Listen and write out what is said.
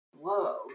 whoa